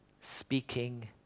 speaking